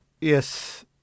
Yes